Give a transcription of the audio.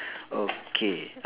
okay